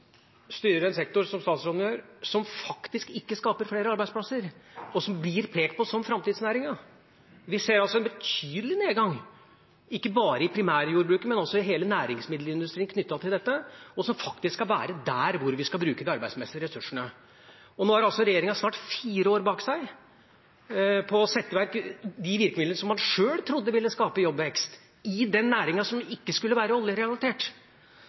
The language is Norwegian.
styrer en sektor som faktisk ikke skaper flere arbeidsplasser, og som blir pekt på som framtidsnæringen. Vi ser altså en betydelig nedgang ikke bare i primærjordbruket, men også i hele næringsmiddelindustrien knyttet til dette, som faktisk skal være der hvor vi skal bruke de arbeidsmessige ressursene. Nå har altså regjeringa snart fire år bak seg på å sette i verk de virkemidlene som man sjøl trodde ville skape jobbvekst i en næring som ikke skulle være oljerelatert.